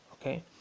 okay